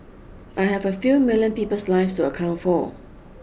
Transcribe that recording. I have a few million people's lives to account for